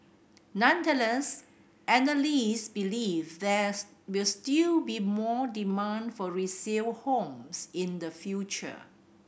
nonetheless analysts believe there's will still be more demand for resale homes in the future